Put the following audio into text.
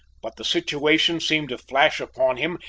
but the situation seemed to flash upon him,